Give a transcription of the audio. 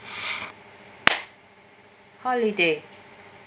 holiday